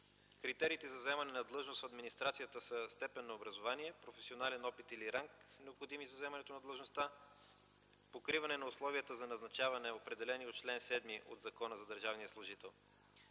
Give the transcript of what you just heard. Критериите за заемане на длъжност в администрацията са степен на образование, професионален опит или ранг, необходими за заемането на длъжността, покриване на условието за назначаване на определени от чл. 7 от Закона за държавния служител.